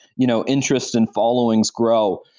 you know interest in followings grow,